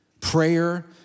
Prayer